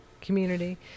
community